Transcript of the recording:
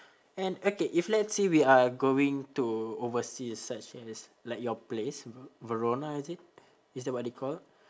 and okay if let's say we are going to overseas such as like your place ve~ verona is it is that what they call